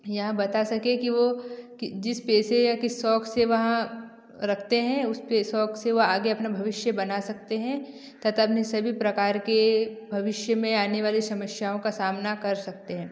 यह बता सके कि वो कि जिस पेशे या किस शौक से वह रखते हैं उसपे शौक से वह आगे अपने भविष्य बना सकते हैं तथा अपने सभी प्रकार के भविष्य में आने वाले समस्याओं का सामना कर सकते हैं